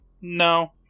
no